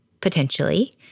potentially